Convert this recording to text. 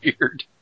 weird